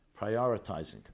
Prioritizing